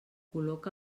col·loca